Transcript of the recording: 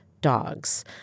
dogs